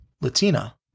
Latina